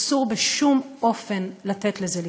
אסור בשום אופן לתת לזה לקרות.